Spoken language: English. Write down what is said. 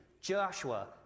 Joshua